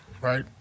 right